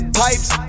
pipes